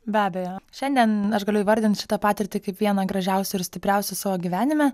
be abejo šiandien aš galiu įvardint šitą patirtį kaip vieną gražiausių ir stipriausių savo gyvenime